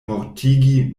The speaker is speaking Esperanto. mortigi